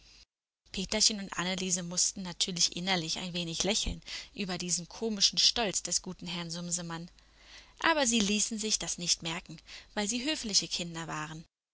peterchen und anneliese mußten natürlich innerlich ein wenig lächeln über diesen komischen stolz des guten herrn sumsemann aber sie ließen sich das nicht merken weil sie höfliche kinder waren